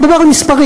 אני מדבר על מספרים,